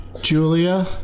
Julia